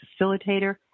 facilitator